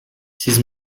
сиз